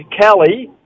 Kelly